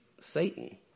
Satan